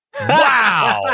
Wow